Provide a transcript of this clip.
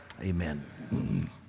amen